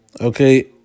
Okay